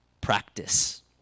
practice